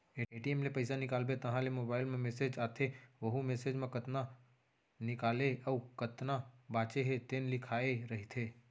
ATM ले पइसा निकालबे तहाँ ले मोबाईल म मेसेज आथे वहूँ मेसेज म कतना निकाले अउ कतना बाचे हे तेन लिखाए रहिथे